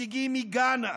נציגים מגאנה,